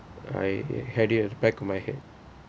I had it at back of my head